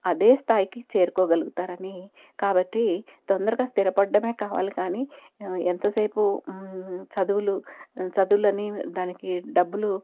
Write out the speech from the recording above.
అదే స్థాయికి చేరుకోగలుగుతారని కాబట్టి తొందరగా స్థిరపడటమే కావాలి కానీ ఎంతసేపు చదువులు చదువులని దానికి డబ్బులు